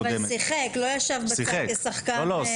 אבל שיחק, לא ישב בצד כשחקן.